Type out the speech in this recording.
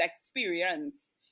experience